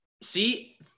See